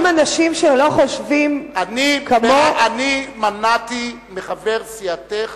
גם אנשים שלא חושבים, אני מנעתי מחבר סיעתך